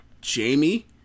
Jamie